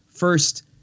first